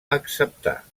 acceptar